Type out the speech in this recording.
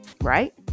right